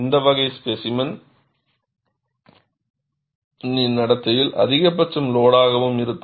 இது இந்த வகை ஸ்பேசிமென் நடத்தையில் அதிகபட்ச லோடாகவும் இருக்கும்